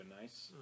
nice